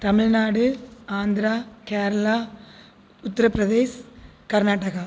Tamil Nadu Andhra Kerala Uttar Pradesh Karnataka